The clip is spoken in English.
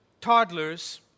toddlers